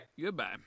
Goodbye